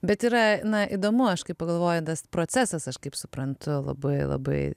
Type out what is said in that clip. bet yra na įdomu aš kai pagalvoju tas procesas aš kaip suprantu labai labai